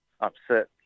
upset